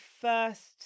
first